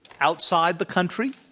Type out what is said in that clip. outside the country.